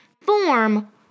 form